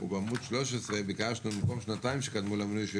ובעמוד 13 ביקשנו במקום שנתיים שקדמו למינוי,